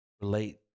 relate